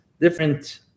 different